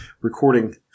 recording